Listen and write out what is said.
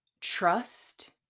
trust